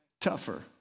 tougher